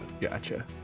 gotcha